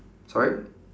sorry